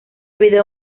video